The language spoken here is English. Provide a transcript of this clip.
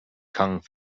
kung